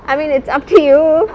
I mean it's up to you